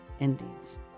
endings